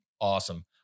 Awesome